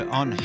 on